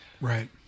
Right